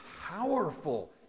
powerful